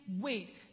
wait